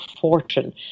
fortune